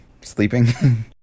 Sleeping